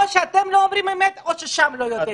או שאתם לא אומרים אמת או ששם לא יודעים.